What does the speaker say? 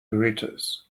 burritos